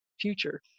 Future